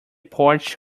porch